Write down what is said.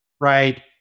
right